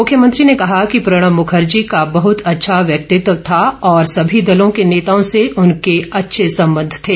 मुख्यमंत्री ने कहा कि प्रणब मुखर्जी का बहुत अच्छा व्यक्तित्व था और सभी दलों के नेताओं से उनके अच्छे संबंध थे